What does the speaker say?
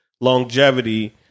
longevity